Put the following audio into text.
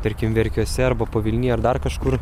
tarkim verkiuose arba pavilny ar dar kažkur